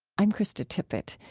i'm krista tippett.